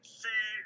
see